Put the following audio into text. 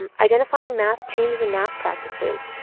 um identifying math changes in math practices.